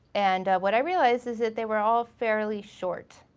and what i realized is that they were all fairly short.